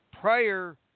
prior